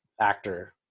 actor